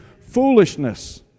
foolishness